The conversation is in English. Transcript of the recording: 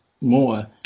more